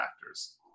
factors